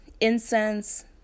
incense